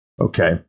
Okay